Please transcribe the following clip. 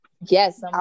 Yes